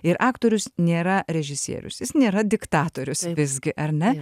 ir aktorius nėra režisierius jis nėra diktatorius visgi ar ne